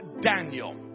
Daniel